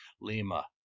Lima